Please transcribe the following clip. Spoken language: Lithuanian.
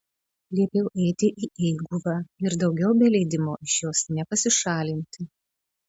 liepiau eiti į eiguvą ir daugiau be leidimo iš jos nepasišalinti